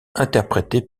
interprétés